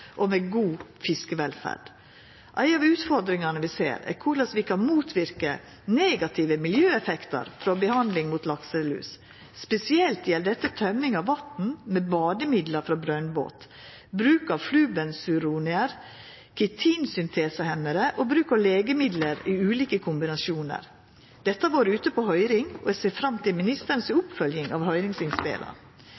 og med god fiskevelferd. Ei av utfordringane vi ser, er korleis vi kan motverka negative miljøeffektar frå behandling mot lakselus. Spesielt gjeld dette tømming av vatn med bademiddel frå brønnbåt og bruk av flubenzuronar, kitinsyntesehemmarar og legemiddel i ulike kombinasjonar. Dette har vore ute på høyring, og eg ser fram til ministeren si